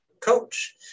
coach